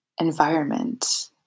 environment